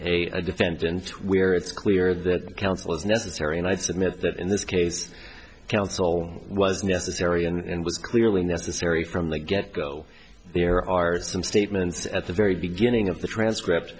a defendant where it's clear that counsel is necessary and i submit that in this case counsel was necessary and was clearly necessary from the get go there are some statements at the very beginning of the transcript